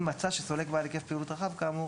אם מצא שסולק בעל היקף פעילות רחב כאמור